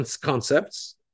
concepts